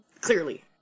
Clearly